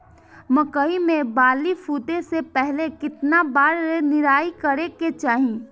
मकई मे बाली फूटे से पहिले केतना बार निराई करे के चाही?